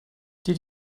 did